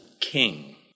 King